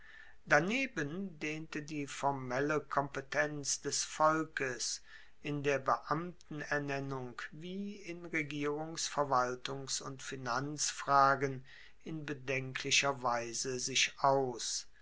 daneben dehnte die formelle kompetenz des volkes in der beamtenernennung wie in regierungs verwaltungs und finanzfragen in bedenklicher weise sich aus